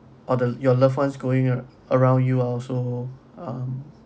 or the your loved ones going around you are also um